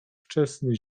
wczesny